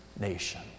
Nation